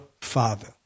father